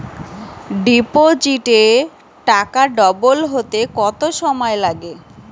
ডিপোজিটে টাকা ডবল হতে কত সময় লাগে?